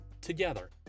together